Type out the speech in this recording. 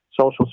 social